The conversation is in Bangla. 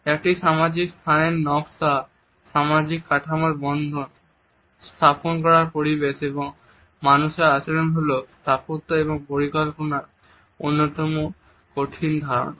একটি সামাজিক স্থানের নকশা সামাজিক কাঠামোর বন্ধন স্থাপন করার পরিবেশ এবং মানুষের আচরণ হল স্থাপত্য ও পরিকল্পনার অন্যতম কঠিন ধারণা